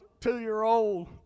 two-year-old